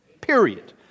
Period